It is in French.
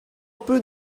peu